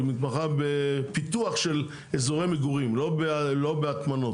היא מתמחה בפיתוח של אזורי מגורים, לא בהטמנות.